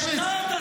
כאחד השרים תיפולו.